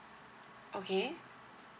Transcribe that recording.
okay